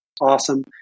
awesome